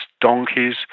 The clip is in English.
donkeys